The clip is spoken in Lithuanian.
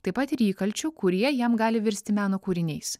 taip pat ir įkalčių kurie jam gali virsti meno kūriniais